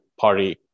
party